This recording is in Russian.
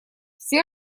все